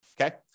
Okay